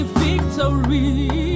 victory